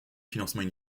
financement